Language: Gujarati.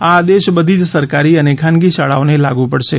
આ આદેશ બધી જ સરકારી અને ખાનગી શાળાઓને લાગુ પડશે